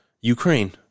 Ukraine